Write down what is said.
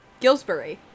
Gillsbury